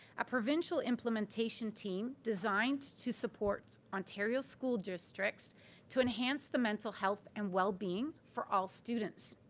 a provincial implementation team designed to support ontario school districts to enhance the mental health and well-being for all students.